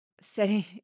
setting